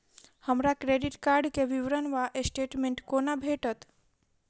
हमरा credit card केँ विवरण वा स्टेटमेंट कोना भेटत?